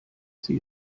sie